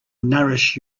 nourish